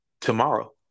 tomorrow